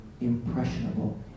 impressionable